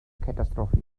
catastrophe